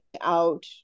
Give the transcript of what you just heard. out